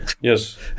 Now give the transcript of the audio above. Yes